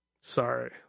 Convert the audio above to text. sorry